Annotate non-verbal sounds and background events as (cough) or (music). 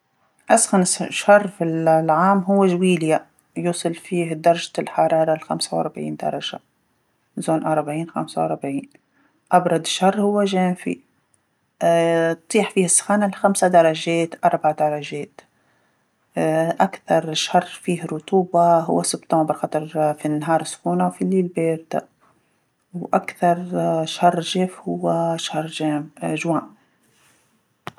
أسخن س- شهر في ال-العام هو جويليه، يوصل فيه درجة الحراره لخمسه وربعين درجه منطقة أربعين خمسه وأربعين، أبرد شهر هو جانفي، (hesitation) تتيح فيه السخانه لخمسه درجات أربع درجات، (hesitation) أكثر شهر فيه رطوبه هو سمبتمبر خاطر في النهار سخونه وفي الليل بارده، وأكثر (hesitation) شهر جاف هو (hesitation) شهر جانف- (hesitation) جوان.